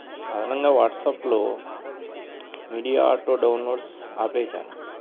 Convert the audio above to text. అదనంగా వాట్సప్లో media auto downloads ఆపేసాను